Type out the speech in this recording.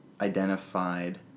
identified